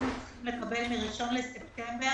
אנחנו צריכים לקבל מ-1 בספטמבר,